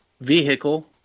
vehicle